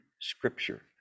scripture